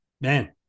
man